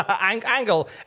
Angle